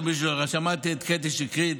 שמעתי את קטי שטרית,